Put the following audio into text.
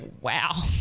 wow